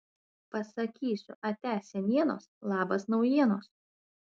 pasakysiu atia senienos labas naujienos